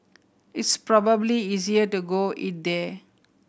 it's probably easier to go eat there